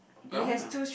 brown ah